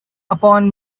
upon